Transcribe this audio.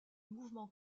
mouvement